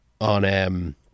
on